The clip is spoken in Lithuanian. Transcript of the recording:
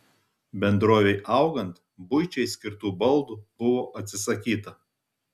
bendrovei augant buičiai skirtų baldų buvo atsisakyta